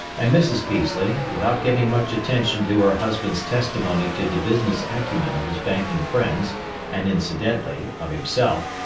and mrs. peaslee, without giving much attention to her husband's testimony to the business acumen of his banking friends and incidentally of himself,